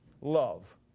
love